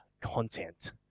content